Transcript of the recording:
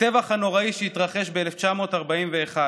הטבח הנוראי שהתרחש ב-1941,